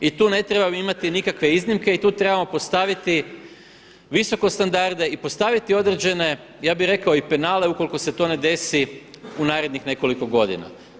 I tu ne trebamo imati nikakve iznimke i tu trebamo postaviti visoko standarde, i postaviti određene ja bih rekao i penale ukoliko se to ne desi u narednih nekoliko godina.